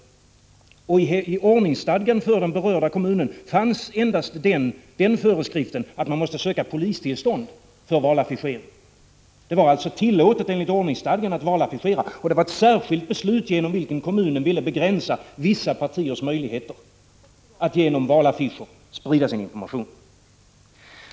I ordningsstadgan för den EE bä Å za d Zz begränsningar i inforberörda kommunen fanns endast den föreskriften att man måste söka ä - mationsfriheten polistillstånd för valaffischering. Det var alltså enligt ordningsstadgan tillåtet att valaffischera. Det fattades ett särskilt beslut genom vilket kommunen ville begränsa vissa partiers möjligheter att genom valaffischer sprida sin information.